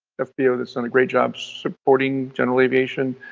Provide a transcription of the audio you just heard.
ah fbo's done a great job supporting general aviation,